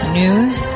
news